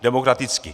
Demokraticky.